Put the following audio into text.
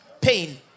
pain